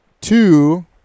two